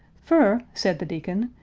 fur, said the deacon,